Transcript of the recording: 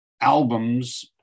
albums